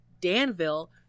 danville